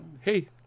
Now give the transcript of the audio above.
hey